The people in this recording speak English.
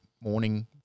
morning